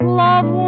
love